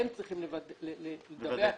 והם צריכים לדווח לקופה.